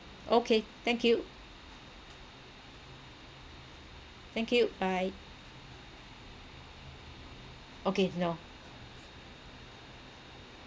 okay thank you thank you bye okay no